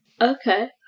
Okay